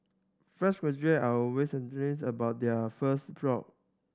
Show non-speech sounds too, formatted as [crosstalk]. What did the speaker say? fresh graduate are always [unintelligible] about their first job